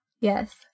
Yes